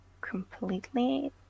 completely